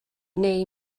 neu